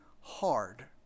hard